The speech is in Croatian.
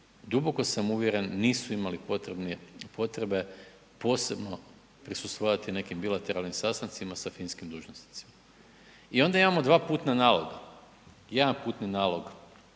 duboko sam uvjeren nisu imali potrebe posebno prisustvovati nekim bilateralnim sastancima sa finskim dužnosnicima. I onda imamo dva putna naloga, jedan putni nalog